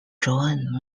john